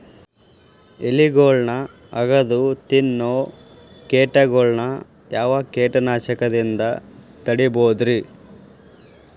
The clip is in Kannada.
ಎಲಿಗೊಳ್ನ ಅಗದು ತಿನ್ನೋ ಕೇಟಗೊಳ್ನ ಯಾವ ಕೇಟನಾಶಕದಿಂದ ತಡಿಬೋದ್ ರಿ?